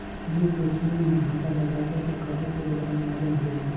बीस डिसमिल मे भांटा लगाबो ता कतेक किलोग्राम वजन होही?